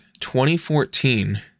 2014